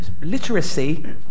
literacy